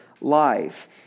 life